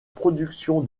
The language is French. production